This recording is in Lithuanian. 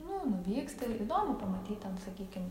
nu nuvyksti įdomu pamatyt ten sakykim